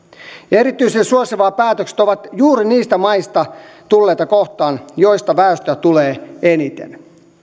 erityisen suosivia päätökset ovat juuri niistä maista tulleita kohtaan joista väestöä tulee eniten